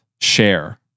share